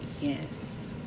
yes